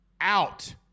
out